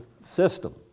system